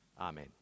Amen